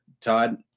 todd